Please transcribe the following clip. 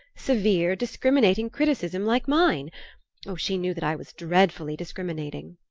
severe, discriminating criticism like mine oh, she knew that i was dreadfully discriminating!